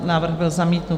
Návrh byl zamítnut.